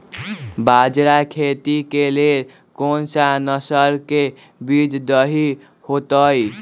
बाजरा खेती के लेल कोन सा नसल के बीज सही होतइ?